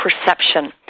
perception